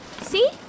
See